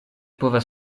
povas